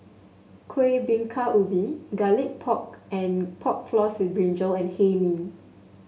Kuih Bingka Ubi Garlic Pork and Pork Floss with brinjal and Hae Mee